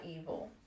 evil